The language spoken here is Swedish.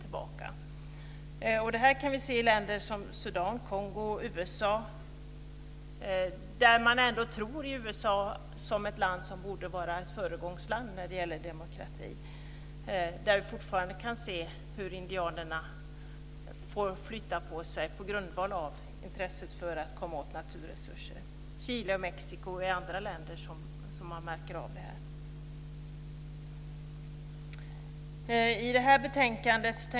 Det här kan vi se i länder som Sudan, Kongo och Man tror att USA borde vara ett föregångsland när det gäller demokrati, men vi kan fortfarande se hur indianerna får flytta på sig på grundval av intresset för att komma åt naturresurser. Chile och Mexiko är andra länder där man märker av detta.